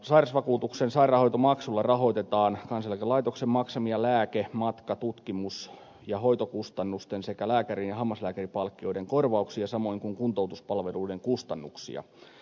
sairausvakuutuksen sairaanhoitomaksulla rahoitetaan kansaneläkelaitoksen maksamia lääke matka tutkimus ja hoitokustannusten sekä lääkärin ja hammaslääkärinpalkkioiden korvauksia samoin kuin kuntoutuspalveluiden kustannuksia